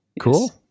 Cool